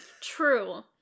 True